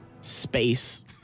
space